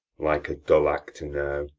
like a dull actor now,